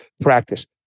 practice